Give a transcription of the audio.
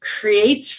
creates